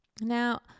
Now